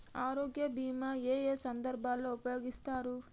ఆరోగ్య బీమా ఏ ఏ సందర్భంలో ఉపయోగిస్తారు?